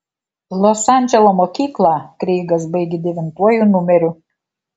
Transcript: los andželo mokyklą kreigas baigė devintuoju numeriu